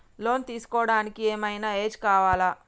Loan తీస్కోవడానికి ఏం ఐనా ఏజ్ కావాలా?